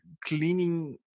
cleaning